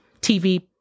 TV